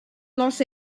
los